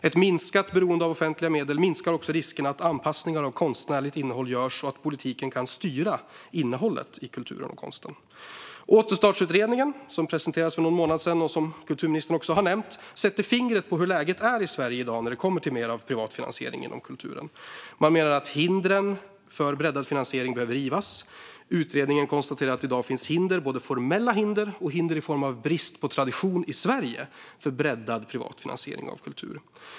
Ett minskat beroende av offentliga medel minskar också risken att anpassningar av konstnärligt innehåll görs och att politiken kan styra innehållet i kulturen och konsten. Återstartsutredningen, som presenterades för någon månad sedan och som kulturministern också har nämnt, sätter fingret på hur läget är i Sverige i dag när det kommer till mer av privat finansiering inom kulturen. Man menar att hindren för breddad finansiering behöver rivas. Utredningen konstaterar att det i dag finns hinder, både formella hinder och hinder i form av brist på tradition i Sverige, för breddad privat finansiering av kultur.